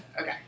Okay